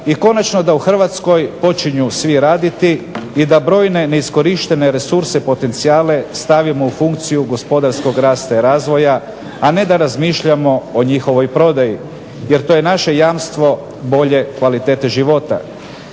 i konačno da u Hrvatskoj počinju svi raditi i da brojne neiskorištene resurse i potencijale stavimo u funkciju gospodarskog rasta i razvoja, a ne da razmišljamo o njihovoj prodaji. Jer to je naše jamstvo bolje kvalitete života.